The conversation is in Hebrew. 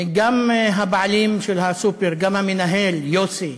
גם הבעלים של הסופר, גם המנהל יוסי,